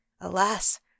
Alas